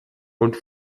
und